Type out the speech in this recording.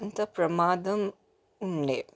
అంత ప్రమాదం ఉండే